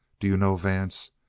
do you know, vance,